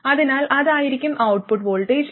അതിനാൽ അതായിരിക്കും output voltage